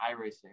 iRacing